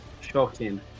Shocking